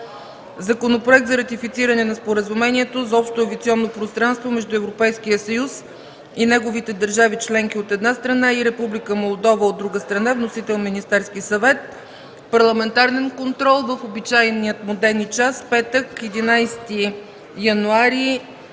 Законопроект за ратифициране на Споразумението за общо авиационно пространство между Европейския съюз и неговите държави членки, от една страна, и Република Молдова, от друга страна. Вносител – Министерски съвет. 12. Парламентарен контрол в обичайния му ден и час – петък, 11 януари